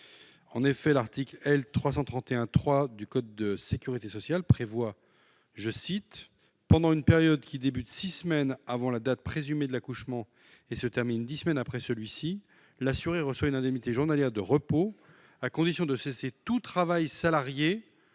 En effet, l'article L. 331-3 du code de la sécurité sociale dispose :« Pendant une période qui débute six semaines avant la date présumée de l'accouchement et se termine dix semaines après celui-ci, l'assurée reçoit une indemnité journalière de repos à condition de cesser tout travail salarié